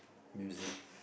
music